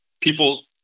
people